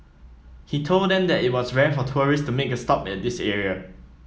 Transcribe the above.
he told them that it was rare for tourists to make a stop at this area